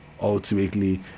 Ultimately